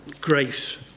grace